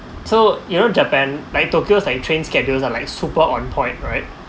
so you know japan like tokyo like train schedules are like super on point right